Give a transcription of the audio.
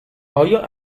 آیا